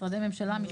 משרדי ממשלה,